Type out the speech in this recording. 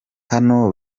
hano